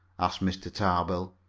asked mr. tarbill.